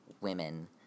women